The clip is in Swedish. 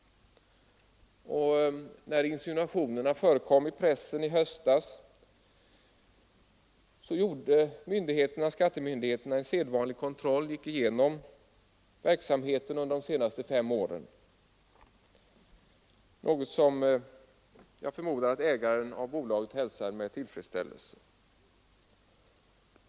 När insinuationerna förekom i pressen i höstas gjorde skattemyndigheterna en sedvanlig kontroll och gick igenom verksamheten under de senaste fem åren, något som jag förmodar att ägaren av bolaget hälsar med tillfredsställelse.